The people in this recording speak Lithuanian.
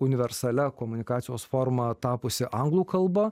universalia komunikacijos forma tapusi anglų kalba